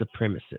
supremacists